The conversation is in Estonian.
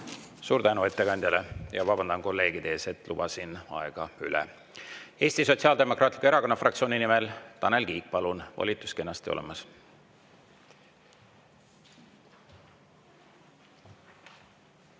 Suur tänu ettekandjale! Vabandan kolleegide ees, et lubasin üle aja minna. Eesti Sotsiaaldemokraatliku Erakonna fraktsiooni nimel Tanel Kiik, palun! Volitus kenasti olemas.